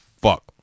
fuck